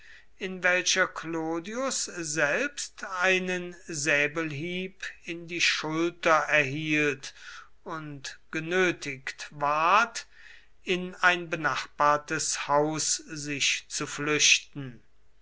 in welcher clodius selbst einen säbelhieb in die schulter erhielt und genötigt ward in ein benachbartes haus sich zu flüchten